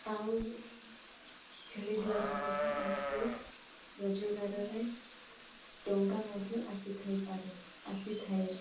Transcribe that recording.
ଆଉ ଛେଳି ଦ୍ୱାରା ମଧ୍ୟ ଆମକୁ ରୋଜଗାରରେ ଟଙ୍କା ମଧ୍ୟ ଆସିଥାଇପାରେ ଆସିଥାଏ